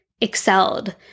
excelled